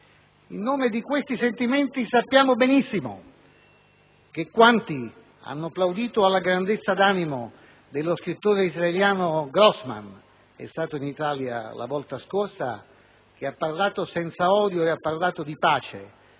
In nome di questi sentimenti sappiamo benissimo che quanti hanno plaudito alla grandezza d'animo dello scrittore israeliano Grossman, che è stato in Italia recentemente ed ha parlato senza odio di pace